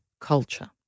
culture